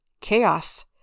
chaos